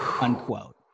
Unquote